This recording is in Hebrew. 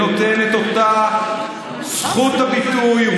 שנבנה ונותן את אותה זכות הביטוי,